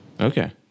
Okay